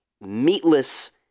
meatless